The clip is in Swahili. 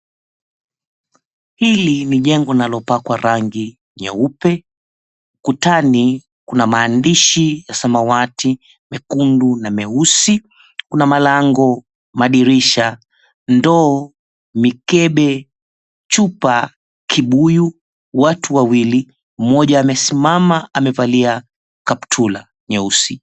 Hili ni jengo linalopakwa rangi nyeupe. Kutani kuna maandishi ya samawati, mekundu na meusi. Kuna malango, madirisha, ndoo, mikebe, chupa, kibuyu. Watu wawili, mmoja amesimama amevalia kaptula nyeusi.